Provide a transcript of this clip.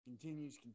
continues